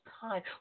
time